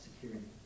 security